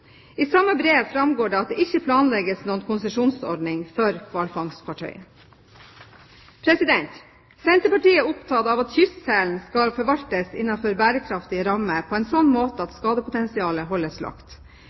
I samme brev framgår at det ikke planlegges noen konsesjonsordning for hvalfangstfartøyer. Senterpartiet er opptatt av at kystselen skal forvaltes innenfor bærekraftige rammer på en slik måte